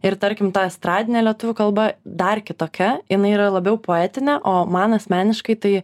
ir tarkim ta estradinė lietuvių kalba dar kitokia jinai yra labiau poetinė o man asmeniškai tai